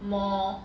more